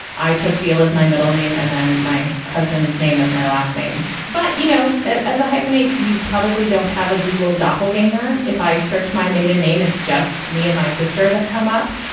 i took deal as my middle name and then my husband's name as my last name. but, you know, as a hyphenate, you probably don't have a google doppelganger. if i search my maiden name, it's just me and my sister that come up.